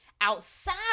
Outside